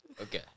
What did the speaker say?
Okay